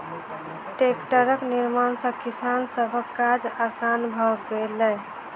टेक्टरक निर्माण सॅ किसान सभक काज आसान भ गेलै